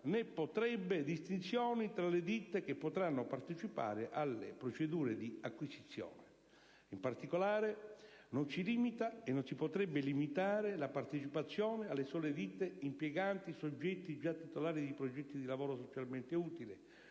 né potrebbe, distinzioni tra le ditte che potranno partecipare alle procedure di acquisizione. In particolare, non si limita e non si potrebbe limitare la partecipazione alle sole ditte impieganti soggetti già titolari di progetti di lavoro socialmente utile